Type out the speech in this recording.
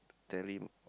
tell him